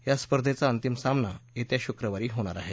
या स्पर्धेचा अंतिम सामना येत्या शुक्रवारी होणार आहे